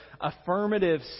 affirmative